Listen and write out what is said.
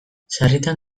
sarritan